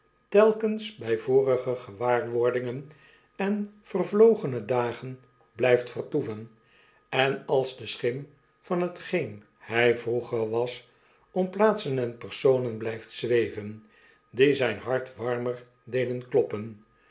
telkens by vorige gewaarwordingen en vervlogene dagenblyft vertoeven en als de schim van hetgeen hy vroeger was om plaatsen en personen blyft zweven die zijn hart warmer deden kloppen